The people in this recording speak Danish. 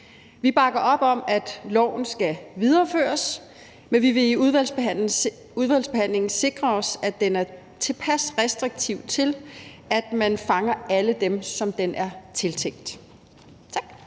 Vi bakker op om, at loven skal videreføres, men vi vil i udvalgsbehandlingen sikre os, at den er tilpas restriktiv til, at man fanger alle dem, som den er tiltænkt. Tak.